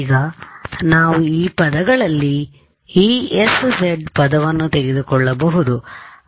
ಈಗ ನಾವು ಈ ಪದಗಳಲ್ಲಿ Esz ಪದವನ್ನು ತೆಗೆದುಕೊಳ್ಳಬಹುದು